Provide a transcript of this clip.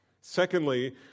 Secondly